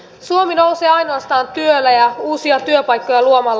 suomi nousee ainoastaan työllä ja uusia työpaikkoja luomalla